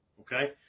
Okay